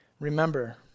Remember